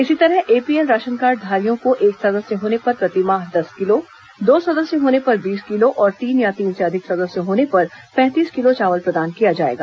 इसी तरह एपीएल राशनकार्डधारियों को एक सदस्य होने पर प्रतिमाह दस किलो दो सदस्य होने पर बीस किलो और तीन या तीन से अधिक सदस्य होने पर पैंतीस किलो चावल प्रदान किया जाएगा